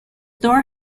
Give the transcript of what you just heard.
door